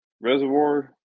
Reservoir